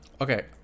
Okay